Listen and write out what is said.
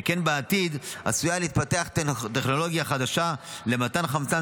שכן בעתיד עשויה להתפתח טכנולוגיה חדשה למתן חמצן,